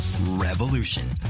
Revolution